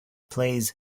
plays